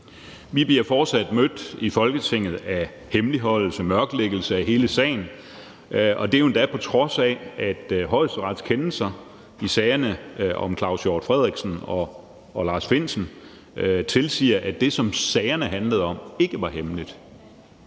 Vi bliver fortsat mødt i Folketinget af hemmeligholdelse og mørklægning af hele sagen, og det er jo endda, på trods af at Højesterets kendelser i sagerne om Claus Hjort Frederiksen og Lars Findsen tilsiger, at det, som sagerne handlede om, ikke var hemmeligt.